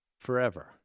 forever